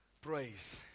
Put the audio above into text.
Praise